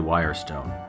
Wirestone